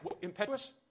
impetuous